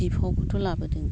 बिफावखौ लाबोदों